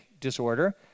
disorder